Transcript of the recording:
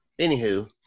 Anywho